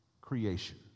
creation